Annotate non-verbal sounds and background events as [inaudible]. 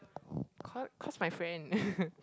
cause cause my friend [laughs]